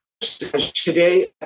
today